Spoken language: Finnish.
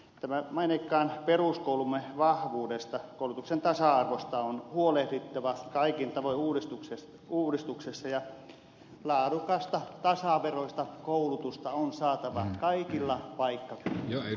tämän maineikkaan peruskoulumme vahvuudesta koulutuksen tasa arvosta on huolehdittava kaikin tavoin uudistuksessa ja laadukasta tasaveroista koulutusta on saatava kaikilla paikkakunnilla